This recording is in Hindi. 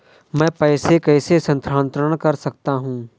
मैं पैसे कैसे स्थानांतरण कर सकता हूँ?